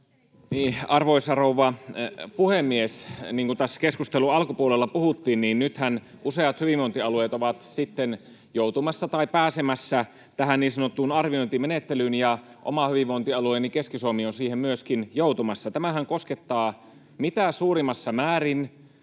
Arvoisa rouva puhemies! Niin kuin tässä keskustelun alkupuolella puhuttiin, nythän useat hyvinvointialueet ovat sitten joutumassa tai pääsemässä tähän niin sanottuun arviointimenettelyyn, ja oma hyvinvointialueeni Keski-Suomi on siihen myöskin joutumassa. Tämähän koskettaa mitä suurimmassa määrin